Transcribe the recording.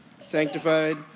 sanctified